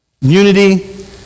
Unity